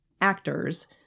actors